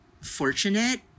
fortunate